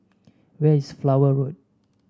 where is Flower Road